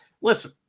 listen